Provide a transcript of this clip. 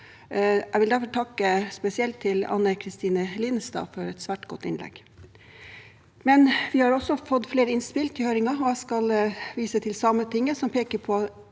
Jeg vil spesielt takke Anne Kristine Linnestad for et svært godt innlegg. Vi har fått flere innspill til høringen. Jeg skal vise til Sametinget, som peker på